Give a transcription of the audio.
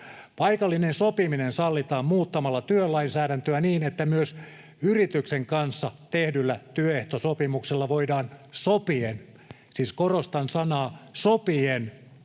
Paikallinen sopiminen sallitaan muuttamalla työlainsäädäntöä niin, että myös yrityksen kanssa tehdyllä työehtosopimuksella voidaan sopien — siis korostan sanaa ”sopien”